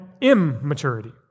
immaturity